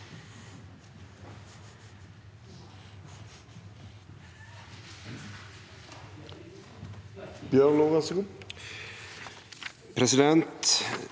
Presidenten